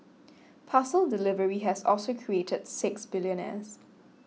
parcel delivery has also created six billionaires